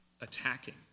attacking